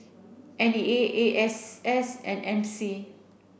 N E A A S S and M C